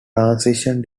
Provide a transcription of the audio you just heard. transition